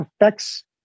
affects